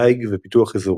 דיג ופיתוח אזורי.